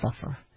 suffer